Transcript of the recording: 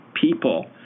people